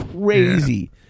crazy